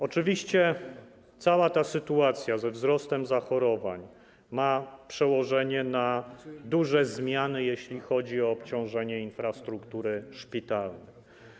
Oczywiście cała ta sytuacja ze wzrostem zachorowań ma przełożenie na duże zmiany, jeśli chodzi o obciążenie infrastruktury szpitalnej.